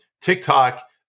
TikTok